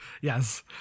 yes